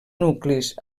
nuclis